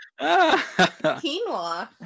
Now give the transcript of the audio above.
Quinoa